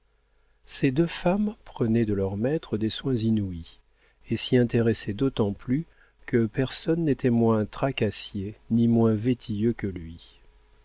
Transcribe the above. ces deux femmes prenaient de leur maître des soins inouïs et s'y intéressaient d'autant plus que personne n'était moins tracassier ni moins vétilleux que lui